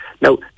Now